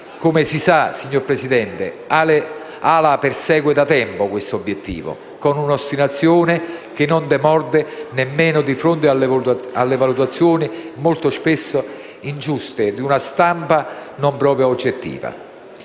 Come si sa, signora Presidente, AL-A persegue da tempo quest'obiettivo, con un'ostinazione che non demorde nemmeno di fronte alle valutazioni, molto spesso ingiuste, di una stampa non proprio oggettiva